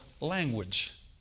language